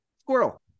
Squirrel